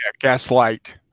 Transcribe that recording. Gaslight